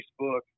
Facebook